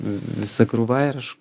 visa krūva ir aš